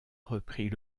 reprit